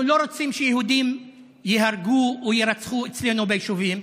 אנחנו לא רוצים שיהודים ייהרגו או יירצחו אצלנו ביישובים,